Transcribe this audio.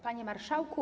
Panie Marszałku!